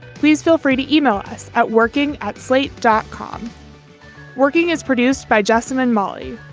please feel free to email us at working at slate. dot com working is produced by justin and molly.